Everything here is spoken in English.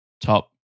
top